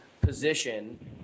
position